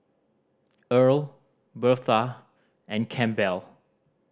Earl Birtha and Campbell